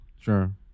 Sure